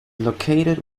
located